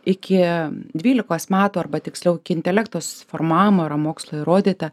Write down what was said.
iki dvylikos metų arba tiksliau iki intelekto susiformavimo yra mokslo įrodyta